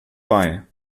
bei